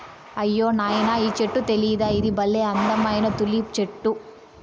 అయ్యో నాయనా ఈ చెట్టు తెలీదా ఇది బల్లే అందమైన తులిప్ చెట్టు